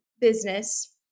Business